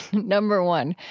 number one.